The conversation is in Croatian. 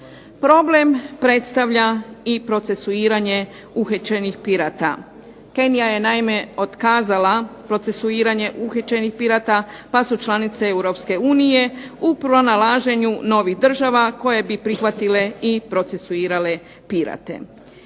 Problem predstavlja i procesuiranje uhićenih pirata. Kenija je naime otkazala procesuiranje uhićenih pirata pa su članice Europske unije u pronalaženju novih država koje bi prihvatile i procesuirale pirate.